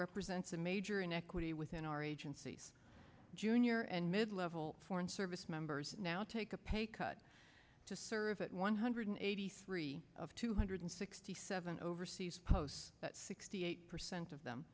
represents a major inequity within our agency's junior and mid level foreign service members now take a pay cut to serve it one hundred eighty three of two hundred sixty seven overseas posts that sixty eight percent of them